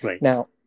Now